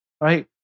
right